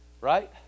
Right